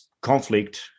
conflict